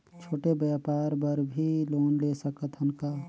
छोटे व्यापार बर भी लोन ले सकत हन का?